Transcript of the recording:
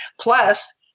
Plus